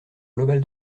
globale